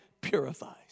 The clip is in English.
purifies